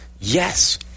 yes